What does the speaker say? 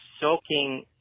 soaking